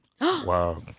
Wow